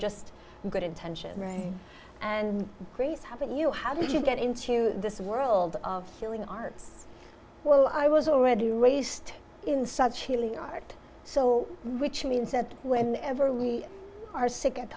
just good intentions and grace have at you how did you get into this world of healing arts well i was already raised in such healing art so which means that whenever we are sick at